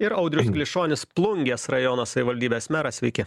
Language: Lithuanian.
ir audrius klišonis plungės rajono savivaldybės meras sveiki